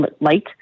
light